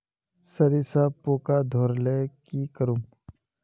सरिसा पूका धोर ले की करूम?